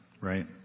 right